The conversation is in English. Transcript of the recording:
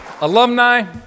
alumni